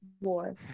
War